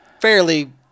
fairly